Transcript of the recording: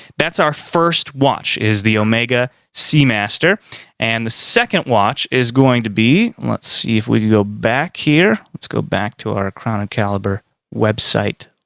that's our first watch. is the omega seamaster and the second watch is going to be. let's see if we can go back here. let's go back to our crown and caliber website